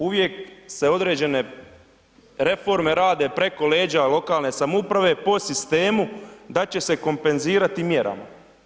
Uvijek se određene reforme rade preko leđa lokalne samouprave po sistemu da će se kompenzirati mjerama.